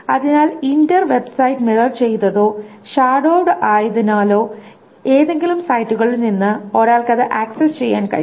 അതിനാൽ inter website mirror ചെയ്തതോ ഷാഡോവ്ഡോ ആയതിനാൽ ഏതെങ്കിലും സൈറ്റുകളിൽ നിന്ന് ഒരാൾക്ക് അത് ആക്സസ് ചെയ്യാൻ കഴിയും